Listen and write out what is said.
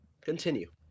Continue